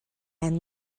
and